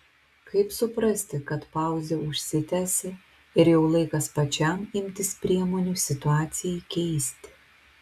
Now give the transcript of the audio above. kaip suprasti kad pauzė užsitęsė ir jau laikas pačiam imtis priemonių situacijai keisti